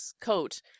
coat